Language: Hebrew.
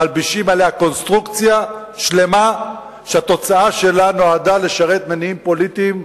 מלבישים עליה קונסטרוקציה שלמה שהתוצאה שלה נועדה לשרת מניעים פוליטיים,